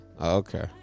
Okay